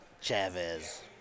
Chavez